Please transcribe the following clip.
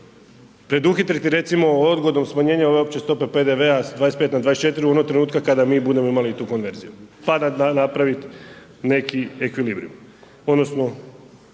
preduhitriti recimo odgodom smanjenja ove opće stope PDV-a s 25 na 24 onog trenutka kada mi budemo imali tu konverziju, pa da napravit neki ekvilibriv